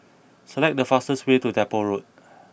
select the fastest way to Depot Road